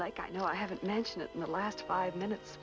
like i know i haven't mentioned it in the last five minutes